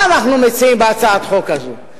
מה אנחנו מציעים בהצעת החוק הזאת?